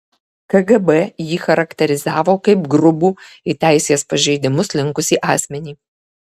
kgb jį charakterizavo kaip grubų į teisės pažeidimus linkusį asmenį